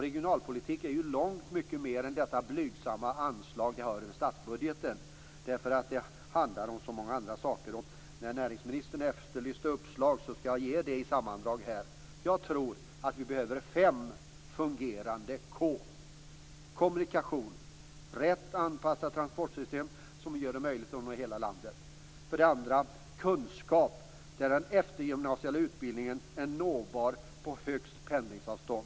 Regionalpolitik är ju långt mer än detta blygsamma anslag vi har från statsbudgeten. Det handlar om så många andra saker. När näringsministern efterlyste uppslag så skall jag ge det i sammandrag här. Jag tror att vi behöver fem fungerande "k". Det handlar om kommunikation; ett rätt anpassat transportsystem som gör det möjligt att nå hela landet. Det handlar om kunskap, där den eftergymnasiala utbildningen är nåbar på högst pendlingsavstånd.